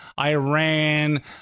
Iran